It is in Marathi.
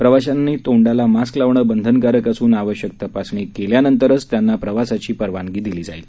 प्रवाशांना तोंडाला मास्क लावणं बंधनकारक असून आवश्यक तपासणी केल्यानंतरच त्यांना प्रवासाची परवानगी दिली जाईल